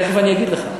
תכף אני אגיד לך.